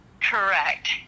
Correct